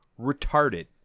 retarded